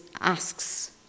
asks